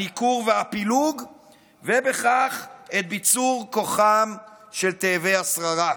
הניכור והפילוג ובכך את ביצור כוחם של תאבי השררה.